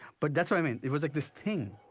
but that's what i mean, it was like this thing.